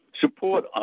support